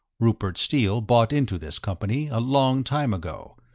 rupert steele bought into this company, a long time ago,